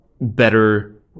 better